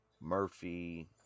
Murphy